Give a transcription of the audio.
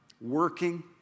working